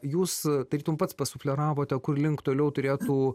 jūs tarytum pats pasufleravote kur link toliau turėtų